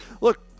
Look